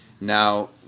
now